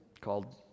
called